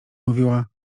mówiła